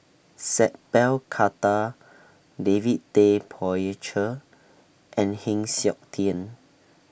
Sat Pal Khattar David Tay Poey Cher and Heng Siok Tian